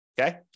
okay